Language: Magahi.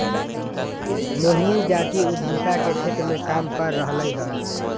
मोहिनी जाति उधमिता के क्षेत्र मे काम कर रहलई ह